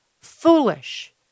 foolish